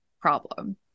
problem